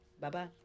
bye-bye